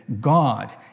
God